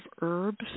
herbs